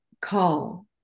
call